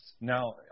Now